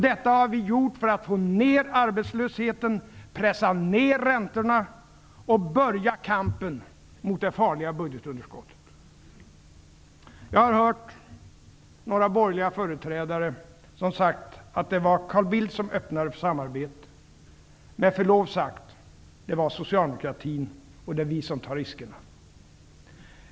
Det har vi gjort för att få ned arbetslösheten, pressa räntorna och börja kampen mot det farliga budgetunderskottet. Jag har hört några borgerliga företrädare säga att det var Carl Bildt som öppnade samarbetet. Med förlov sagt, det var socialdemokraterna för det är vi som tar riskerna.